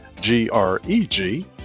G-R-E-G